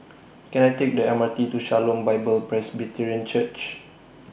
Can I Take The M R T to Shalom Bible Presbyterian Church